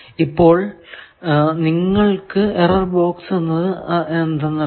ഇപ്പോൾ നിങ്ങൾക്കു error box എന്നത് അറിയാം